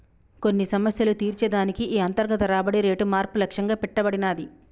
కొన్ని సమస్యలు తీర్చే దానికి ఈ అంతర్గత రాబడి రేటు మార్పు లక్ష్యంగా పెట్టబడినాది